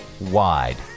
Wide